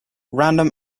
random